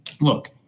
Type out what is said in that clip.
look